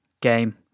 game